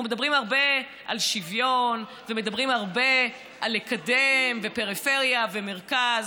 אנחנו מדברים הרבה על שוויון ומדברים הרבה על קידום ופריפריה ומרכז,